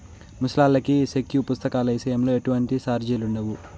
ముసలాల్లకి సెక్కు పుస్తకాల ఇసయంలో ఎటువంటి సార్జిలుండవు